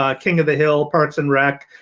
um king of the hill parks and rec.